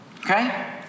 Okay